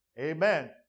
Amen